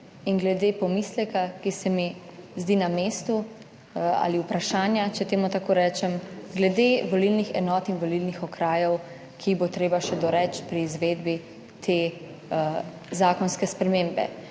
in glede pomisleka, ki se mi zdi na mestu ali vprašanja, če temu tako rečem, glede volilnih enot in volilnih okrajev, ki jih bo treba še doreči pri izvedbi te zakonske spremembe.